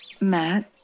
Matt